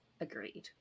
agreed